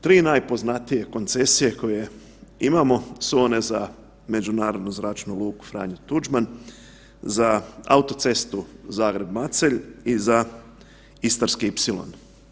Tri najpoznatije koncesije koje imamo su one za Međunarodnu zračnu luku „Franjo Tuđman“, za autocestu Zagreb-Macelj i za Istarski ipsilon.